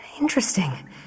Interesting